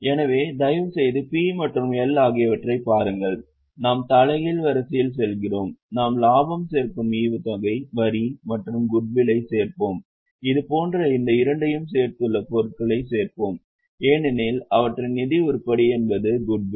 எனவே தயவுசெய்து P மற்றும் L ஆகியவற்றைப் பாருங்கள் நாம் தலைகீழ் வரிசையில் செல்கிறோம் நாம் லாபம் சேர்க்கும் ஈவுத்தொகை வரி மற்றும் குட்வில்லை சேர்ப்போம் இதுபோன்று இந்த இரண்டையும் சேர்த்துள்ள பொருட்களைச் சேர்ப்போம் ஏனெனில் அவற்றின் நிதி உருப்படி என்பது குட்வில்